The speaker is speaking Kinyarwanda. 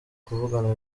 kuvugana